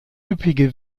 üppige